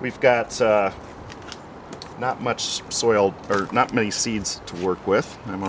we've got not much soil or not many seeds to work with i'm